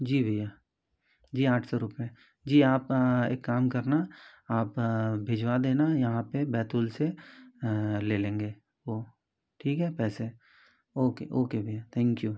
जी भैया जी आठ सौ रुपये जी आप एक काम करना आप भिजवा देना यहाँ पर बैतूल से ले लेंगे वो ठीक है पैसे ओके ओके भैया थैंक यू